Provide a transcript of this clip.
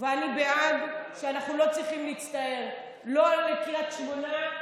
ואני בעד שאנחנו לא צריכים להצטער לא על קריית שמונה,